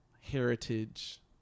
heritage